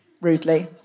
rudely